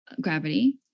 Gravity